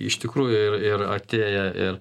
iš tikrųjų ir ir atėję ir